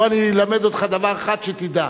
בוא, אני אלמד אותך דבר אחד שתדע: